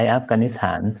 Afghanistan